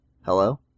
Hello